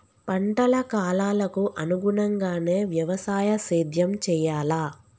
పంటల కాలాలకు అనుగుణంగానే వ్యవసాయ సేద్యం చెయ్యాలా?